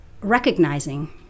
recognizing